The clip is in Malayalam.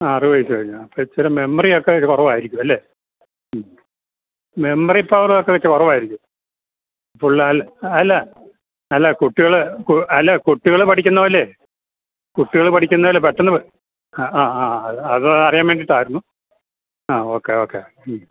ആ അറുപത് വയസ്സ് കഴിഞ്ഞോ അപ്പം ഇച്ചിരിയും മെമ്മറി ഒക്കെ ഇത് കുറവായിരിക്കും അല്ലേ മെമ്മറി പവറ് ഒക്കെ ഇച്ചിരി കുറവായിരിക്കും ഫുള്ളാ അല്ല അല്ല കുട്ടികൾ അല്ല കുട്ടികൾ പഠിക്കുന്നത് പോലെ കുട്ടികൾ പഠിക്കുന്നത് പോലെ പെട്ടെന്ന് ആ ആ ആ അത് അറിയാൻ വേണ്ടിട്ടായിരുന്നു ആ ഓക്കെ ഓക്കെ